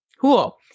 cool